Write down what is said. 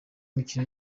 imico